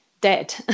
dead